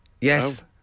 Yes